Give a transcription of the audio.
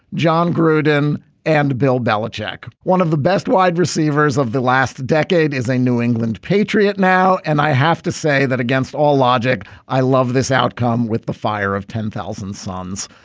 jon gruden and bill belichick one of the best wide receivers of the last decade is a new england patriot now and i have to say that against all logic i love this outcome with the fire of ten thousand suns.